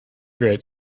wrote